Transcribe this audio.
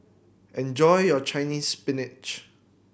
enjoy your Chinese Spinach